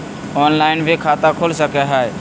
Online भी खाता खूल सके हय?